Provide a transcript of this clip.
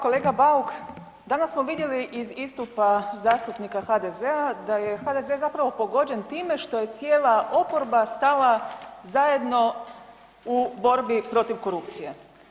Kolega Bauk, danas smo vidjeli iz istupa zastupnika HDZ- da je HDZ zapravo pogođen time što je cijela oporba stala zajedno u borbi protiv korupcije.